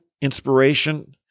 inspiration